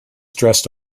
dressed